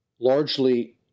largely